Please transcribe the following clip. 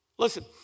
Listen